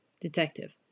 Detective